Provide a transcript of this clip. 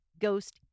ghost